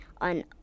on